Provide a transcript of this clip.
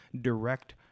direct